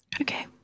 Okay